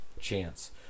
chance